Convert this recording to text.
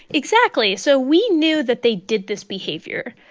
exactly. so we knew that they did this behavior.